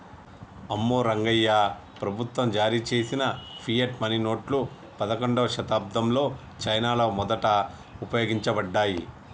అమ్మో రంగాయ్యా, ప్రభుత్వం జారీ చేసిన ఫియట్ మనీ నోట్లు పదకండవ శతాబ్దంలో చైనాలో మొదట ఉపయోగించబడ్డాయి